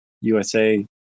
usa